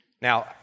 Now